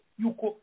yuko